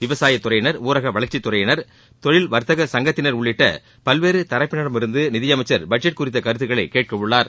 விவசாயத் துறையினர் ஊரக வளர்ச்சித் துறையினர் தொழில் வர்த்தக சங்கத்தினர் உள்ளிட்ட பல்வேறு தரப்பினரிடம் இருந்தும் நிதியமைச்சர் பட்ஜெட் குறித்த கருத்துக்களை கேட்க உள்ளார்